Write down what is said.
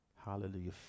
Hallelujah